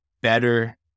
better